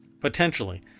Potentially